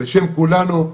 בשם כולנו,